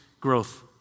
growth